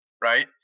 Right